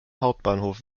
hauptbahnhof